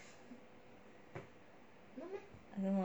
I don't know